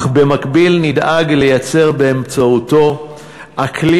אך במקביל נדאג לייצר באמצעותו אקלים